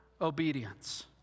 obedience